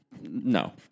No